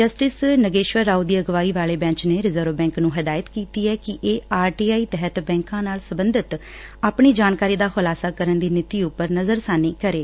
justice Nageswara Rao ਦੀ ਅਗਵਾਈ ਵਾਲੇ ਬੈਚ ਨੇ ਰਿਜ਼ਰਵ ਬੈਕ ਨੂੰ ਹਦਾਇਤ ਕੀਤੀ ਐ ਕਿ ਇਹ ਆਰ ਟੀ ਆਈ ਤਹਿਤ ਬੈਂਕਾਂ ਨਾਲ ਸਬੰਧਤ ਆਪਣੀ ਜਾਣਕਾਰੀ ਦਾ ਖੁਲਾਸਾ ਕਰਨ ਦੀ ਨੀਤੀ ਉਪਰ ਨਜ਼ਰਸ਼ਾਨੀ ਕਰੇ